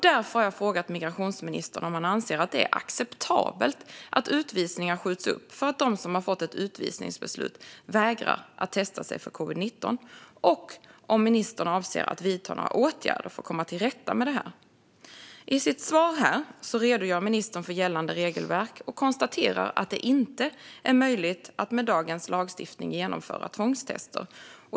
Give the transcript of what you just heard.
Därför har jag frågat migrationsministern om han anser att det är acceptabelt att utvisningar skjuts upp därför att de som har fått ett utvisningsbeslut vägrar att testa sig för covid-19 och om ministern avser att vidta några åtgärder för att komma till rätta med det. I sitt svar redogör ministern för gällande regelverk och konstaterar att det inte är möjligt att med dagens lagstiftning genomföra tvångstester.